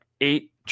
eight